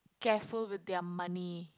careful with their money